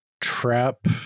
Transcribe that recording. trap